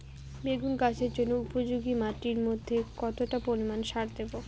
বেগুন চাষের জন্য উপযোগী মাটির মধ্যে কতটা পরিমান সার দেব?